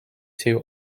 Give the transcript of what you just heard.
two